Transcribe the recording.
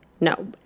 No